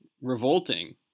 revolting